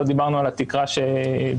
לא דיברנו על התקרה שדיברתם,